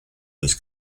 this